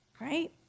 Right